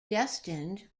destined